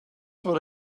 would